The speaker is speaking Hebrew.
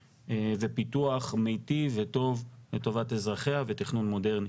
ופיתוח מיטיב וטוב לטובת אזרחיה ותכנון מודרני.